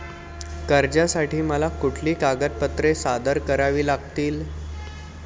कर्जासाठी मला कुठली कागदपत्रे सादर करावी लागतील?